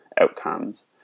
outcomes